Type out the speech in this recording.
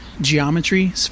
geometry